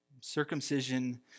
Circumcision